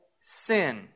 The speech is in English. sin